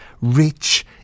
rich